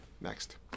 Next